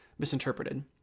misinterpreted